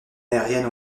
aériennes